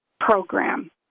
Program